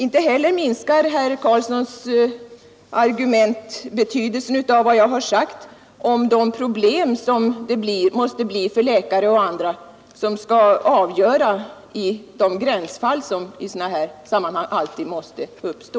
Inte heller minskar herr Karlssons argument betydelsen av vad jag sagt om de problem som uppkommer för läkare och andra som skall träffa avgörandet i de gränsfall som i sådana här sammahang alltid måste uppstå.